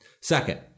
Second